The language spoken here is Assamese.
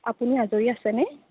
আপুনি আজৰি আছেনে